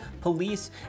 police